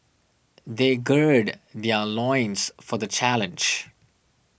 they gird their loins for the challenge